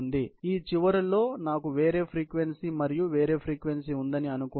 కాబట్టి ఈ చివరలో నాకు వేరే ఫ్రీక్వెన్సీ మరియు వేరే ఫ్రీక్వెన్సీ ఉందని అనుకుంటే